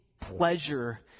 pleasure